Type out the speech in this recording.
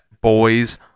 Boys